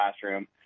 classroom